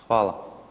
Hvala.